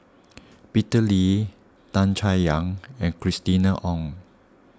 Peter Lee Tan Chay Yan and Christina Ong